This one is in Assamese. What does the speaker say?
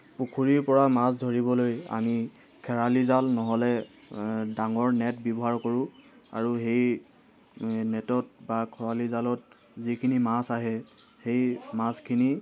পুখুৰীৰ পৰা মাছ ধৰিবলৈ আমি খেৰালি জাল নহ'লে ডাঙৰ নেট ব্যৱহাৰ কৰোঁ আৰু সেই নেটত বা খৰালি জালত যিখিনি মাছ আহে সেই মাছখিনি